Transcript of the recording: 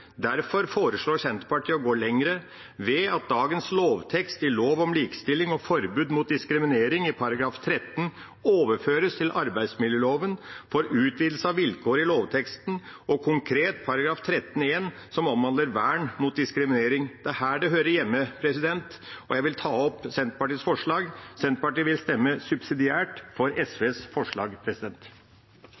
Derfor foreslår Senterpartiet å gå lenger ved at dagens lovtekst i lov om likestilling og forbud mot diskriminering § 13 overføres til arbeidsmiljøloven for utvidelse av vilkåret i lovteksten, konkret § 13-1, som omhandler vern mot diskriminering. Det er her det hører hjemme. Jeg vil ta opp Senterpartiets forslag. Senterpartiet vil stemme subsidiært for SVs forslag.